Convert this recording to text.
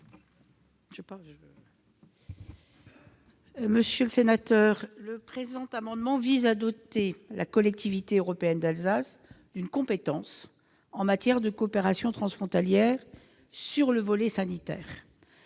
Gouvernement ? Cet amendement vise à doter la Collectivité européenne d'Alsace d'une compétence en matière de coopération transfrontalière sur le volet sanitaire.